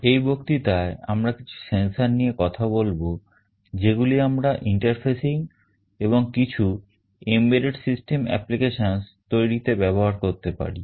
এই বক্তৃতায় আমরা কিছু sensor নিয়ে কথা বলব যেগুলি আমরা interfacing এবং কিছু embedded system applications তৈরিতে ব্যবহার করতে পারি